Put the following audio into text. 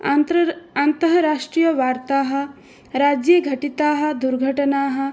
आन्त्रर् आन्ताराष्ट्रियवार्ताः राज्ये घटिताः दुर्घटनाः